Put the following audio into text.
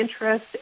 interest